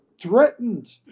threatened